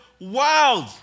wild